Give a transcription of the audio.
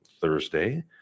Thursday